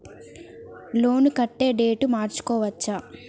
Loan కట్టే date మార్చుకోవచ్చా?